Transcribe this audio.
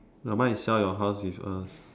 oh mine is sell your house with us